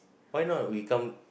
why not we come